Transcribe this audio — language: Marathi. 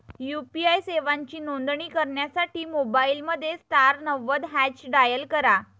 यू.पी.आई सेवांची नोंदणी करण्यासाठी मोबाईलमध्ये स्टार नव्वद हॅच डायल करा